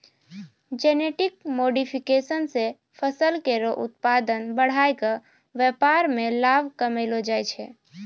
genetic modification सें फसल केरो उत्पादन बढ़ाय क व्यापार में लाभ कमैलो जाय छै